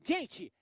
Gente